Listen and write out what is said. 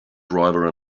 driver